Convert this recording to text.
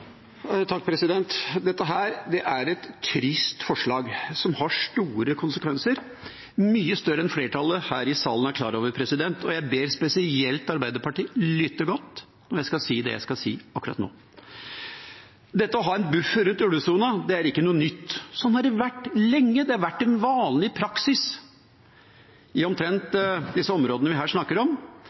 er klar over. Jeg ber spesielt Arbeiderpartiet lytte godt når jeg skal si det jeg skal si akkurat nå. Det å ha en buffer rundt ulvesona er ikke noe nytt. Sånn har det vært lenge. Det har vært en vanlig praksis i områdene vi her snakker om,